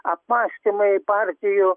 apmąstymai partijų